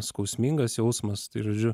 skausmingas jausmas tai žodžiu